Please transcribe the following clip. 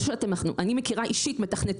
בחייך, אנחנו בודקים כל הזמן עם טכנולוגים.